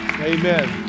Amen